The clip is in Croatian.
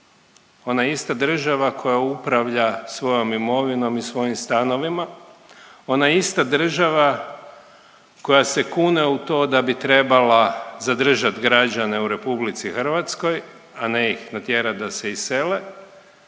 Ona ista država koja upravlja svojom imovinom i svojim stanovima, ona ista država koja se kune u to da bi trebala zadržati građane u RH, a ne ih natjerati da se isele,